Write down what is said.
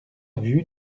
vue